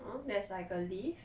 mm there's like a lift